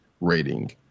rating